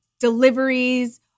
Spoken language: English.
deliveries